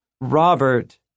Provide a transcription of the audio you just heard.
Robert